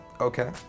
Okay